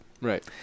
Right